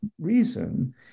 reason